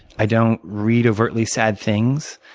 i don't read overtly sad things.